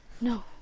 No